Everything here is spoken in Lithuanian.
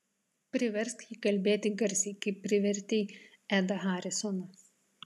priversk jį kalbėti garsiai kaip privertei edą harisoną